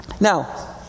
Now